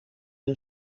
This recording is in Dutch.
een